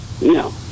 No